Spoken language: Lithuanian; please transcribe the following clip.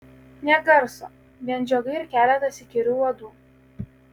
nė garso vien žiogai ir keletas įkyrių uodų